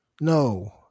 No